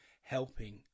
helping